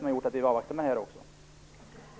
Det är därför vi vill avvakta med att tillsätta en ny utredning.